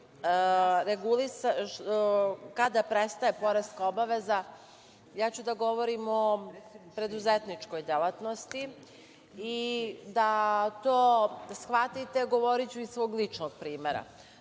kada prestaje poreska obaveza, ja ću da govorim o preduzetničkoj delatnosti i da to shvatite, govoriću iz svog ličnog primera.